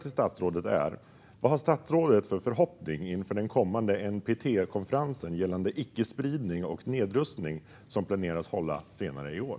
Vilken förhoppning har statsrådet inför den NPT-konferens om icke-spridning och nedrustning som är planerad att hållas senare i år?